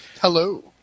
Hello